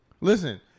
Listen